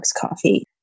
coffee